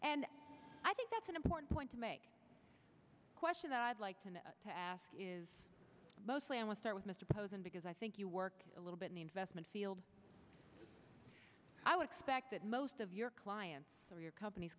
and i think that's an important point to make question i'd like to ask is mostly i will start with mr posen because i think you work a little bit in the investment field i would expect that most of your clients or your company's